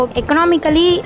economically